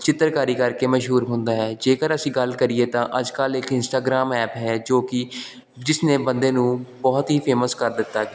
ਚਿੱਤਰਕਾਰੀ ਕਰਕੇ ਮਸ਼ਹੂਰ ਹੁੰਦਾ ਹੈ ਜੇਕਰ ਅਸੀਂ ਗੱਲ ਕਰੀਏ ਤਾਂ ਅੱਜ ਕੱਲ੍ਹ ਇੱਕ ਇੰਸਟਾਗਰਾਮ ਐਪ ਹੈ ਜੋ ਕਿ ਜਿਸ ਨੇ ਬੰਦੇ ਨੂੰ ਬਹੁਤ ਹੀ ਫੇਮਸ ਕਰ ਦਿੱਤਾ